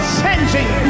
Changing